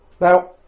Now